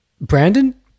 brandon